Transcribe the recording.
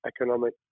economic